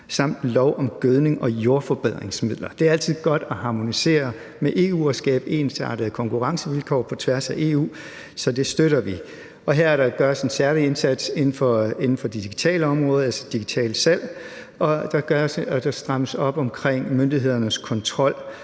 samt lov om gødning og jordforbedringsmidler. Det er altid godt at harmonisere med EU og skabe ensartede konkurrencevilkår på tværs af EU, så det støtter vi. Her gøres en særlig indsats inden for det digitale område, altså digitalt salg, og der strammes op omkring myndighedernes kontrol